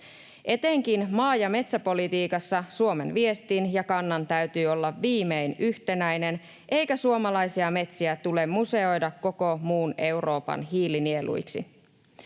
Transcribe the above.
Etenkin maa- ja metsäpolitiikassa Suomen viestin ja kannan täytyy olla viimein yhtenäinen, eikä suomalaisia metsiä tule museoida koko muun Euroopan hiilinieluiksi.